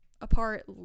apart